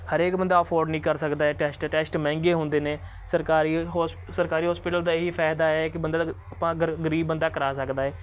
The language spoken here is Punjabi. ਹਰੇਕ ਬੰਦਾ ਅਫੋਰਡ ਨਹੀਂ ਕਰ ਸਕਦਾ ਟੈਸਟ ਟੈਸਟ ਮਹਿੰਗੇ ਹੁੰਦੇ ਨੇ ਸਰਕਾਰੀ ਹੋਸ ਸਰਕਾਰੀ ਹੋਸਪੀਟਲ ਦਾ ਇਹੀ ਫਾਇਦਾ ਏ ਕਿ ਬੰਦੇ ਦਾ ਆਪਾਂ ਗਰੀਬ ਬੰਦਾ ਕਰਾ ਸਕਦਾ ਏ